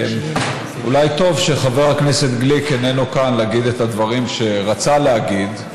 אולי טוב שחבר הכנסת גליק איננו כאן להגיד את הדברים שרצה להגיד.